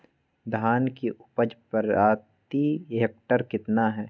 धान की उपज प्रति हेक्टेयर कितना है?